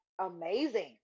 amazing